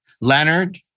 Leonard